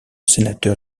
sénateur